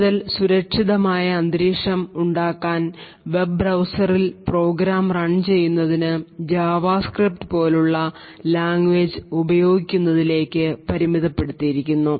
കൂടുതൽ സുരക്ഷിതമായ അന്തരീക്ഷം ഉണ്ടാക്കാൻ വെബ്ബ് ബ്രൌസറിൽ പ്രോഗ്രാം റൺ ചെയ്യുന്നതിന് ജാവാസ്ക്രിപ്റ്റ് പോലുള്ള ലാംഗ്വേജ് ഉപയോഗിക്കുന്നതിലേക്ക് പരിമിതപ്പെടുത്തിയിരിക്കുന്നു